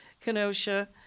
Kenosha